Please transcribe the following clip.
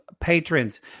Patrons